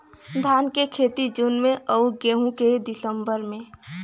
धान क खेती जून में अउर गेहूँ क दिसंबर में?